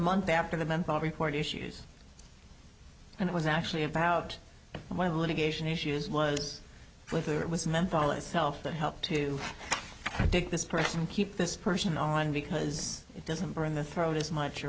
month after the men report issues and it was actually about one of the litigation issues was whether it was menthol itself that helped to dig this person keep this person on because it doesn't bring the throat as much or